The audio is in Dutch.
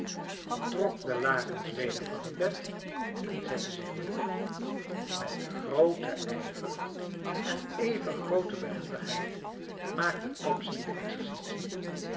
trok de lakens weder van het bed en zette zich neer met grooten ijver en even groote behendigheid maakte topsy de exercitie